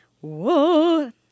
Whoa